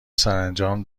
سرانجام